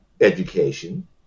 education